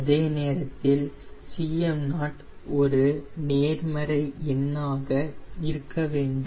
அதே நேரத்தில் Cm0 ஒரு நேர்மறை எண்ணாக இருக்கவேண்டும்